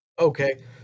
Okay